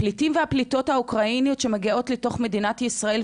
הפליטים והפליטות האוקראיניות שמגיעות לתוך מדינת ישראל,